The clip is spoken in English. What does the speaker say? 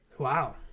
Wow